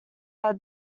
are